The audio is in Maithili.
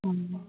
हँ